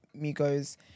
Migos